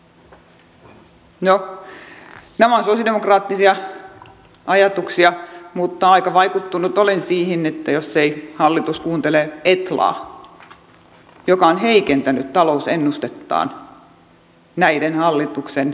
no nämä ovat sosialidemokraattisia ajatuksia mutta aika vaikuttunut olen siitä jos ei hallitus kuuntele etlaa joka on heikentänyt talousennustettaan näiden hallituksen esittämien leikkausten vuoksi